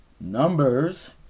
numbers